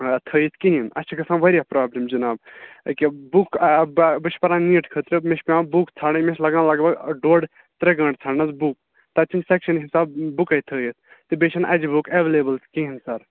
تھٲیِتھ کِہیٖنۍ اَسہِ چھےٚ گژھان واریاہ پرابلِم جِناب أکیٛاہ بُک بہٕ چھُس پران نیٖٹ خٲطرٕ مےٚ چھِ پیٚوان بُک ژھارٕنۍ مےٚ چھِ لگان لگ بگ ڈوٚڈ ترٛےٚ گانٛٹہٕ ژھارنَس بُک تَتہِ چھِنہٕ سیٚکشَن حِساب بُکٕے تھٲیِتھ تہٕ بیٚیہِ چھِنہٕ اَجہٕ بُکہٕ تہِ ایٚولیبٕل کِہیٖنۍ سَر